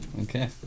Okay